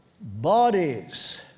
bodies